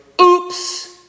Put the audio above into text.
oops